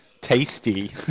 tasty